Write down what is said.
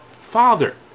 Father